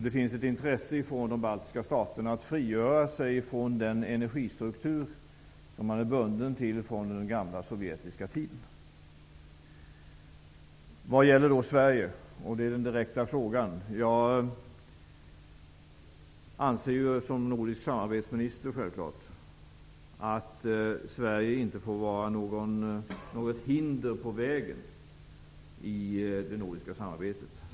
Det finns ett intresse hos de baltiska staterna att frigöra sig från den energistruktur som man är bunden till från den gamla sovjetiska tiden. Som nordisk samarbetsminister anser jag självklart att Sverige inte får vara något hinder på vägen i det nordiska samarbetet.